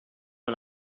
and